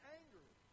angry